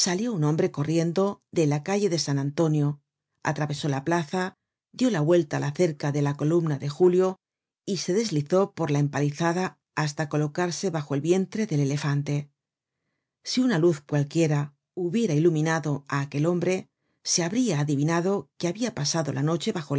un hombre corriendo de la calle de san antonio atravesó la plaza dió la vuelta á la cerca de la columna de julio y se deslizó por la empalizada hasta colocarse bajo el vientre del elefante si una luz cualquiera hubiera iluminado á aquel hombre se habria adivinado que habia pasado la noche bajo